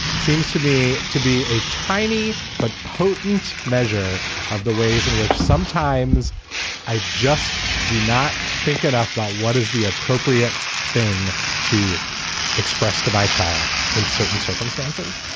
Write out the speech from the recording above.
seems to me to be a tiny but potent measure of the ways in which sometimes i just do not think enough about what is the appropriate thing to express to my child in certain circumstances.